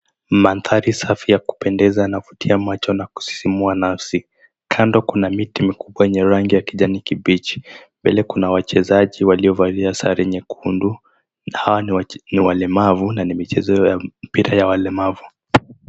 Mandhari safi ya kupendeza na kuvutia macho na kusisimua nafsi. Kando kuna miti mikubwa yenye rangi ya kijani kibichi. Mbele kuna wachezaji waliovalia sare nyekundu. Na hao ni walemavu na ni michezo ya mpira ya walemavu.